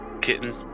kitten